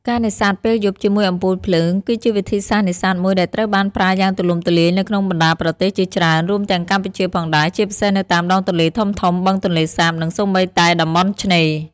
ការនេសាទពេលយប់ជាមួយអំពូលភ្លើង គឺជាវិធីសាស្រ្តនេសាទមួយដែលត្រូវបានប្រើយ៉ាងទូលំទូលាយនៅក្នុងបណ្តាប្រទេសជាច្រើន រួមទាំងកម្ពុជាផងដែរ ជាពិសេសនៅតាមដងទន្លេធំៗ បឹងទន្លេសាប និងសូម្បីតែតំបន់ឆ្នេរ។។